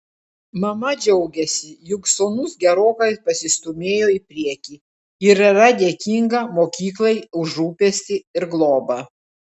mama džiaugiasi jog sūnus gerokai pasistūmėjo į priekį ir yra dėkinga mokyklai už rūpestį ir globą